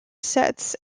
sets